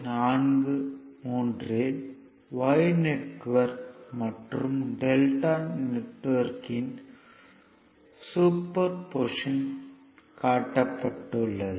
43 யில் Y network மற்றும் delta நெட்வொர்க்யின் சூப்பர்பொசிஷன் காட்டப்பட்டுள்ளது